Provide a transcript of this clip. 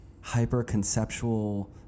hyper-conceptual